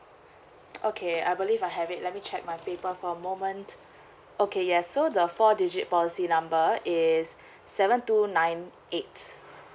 okay I believe I have it let me check my paper for a moment okay yes so the four digit policy number is seven two nine eight